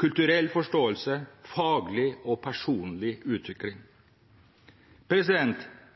kulturell forståelse og faglig og personlig utvikling.